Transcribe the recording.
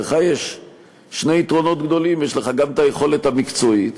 לך יש שני יתרונות גדולים: יש לך גם יכולת מקצועית